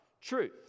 truth